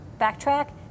backtrack